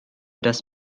das